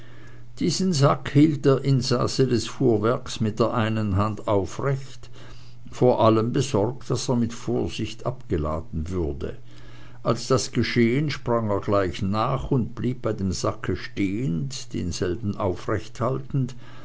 diesen sack hielt der insasse des fuhrwerkes mit der einen hand aufrecht vor allem besorgt daß er mit vorsicht abgeladen würde als das geschehen sprang er gleich nach und blieb bei dem sacke stehen denselben aufrecht haltend